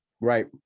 Right